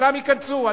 שכולם ייכנסו.